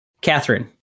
Catherine